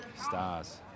stars